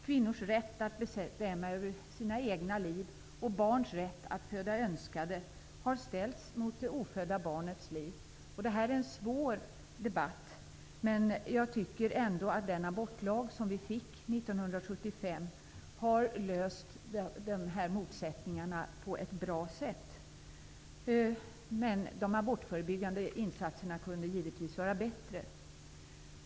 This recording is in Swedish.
Kvinnors rätt att bestämma över sina egna liv och barns rätt att födas önskade har satts mot det ofödda barnets liv. Det är en svår debatt. Jag tycker ändå att den abortlag som trädde i kraft 1975 har löst dessa motsättningar på ett bra sätt. Men de abortförebyggande insatserna kunde givetvis vara bättre.